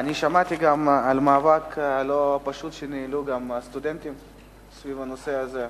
שמעתי גם על מאבק לא פשוט שניהלו הסטודנטים סביב הנושא הזה.